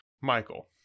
Michael